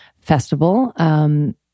festival